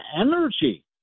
energy